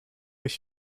ich